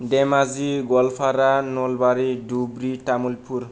Dhemaji Goalpara Nalbari Dhubri Tamulpur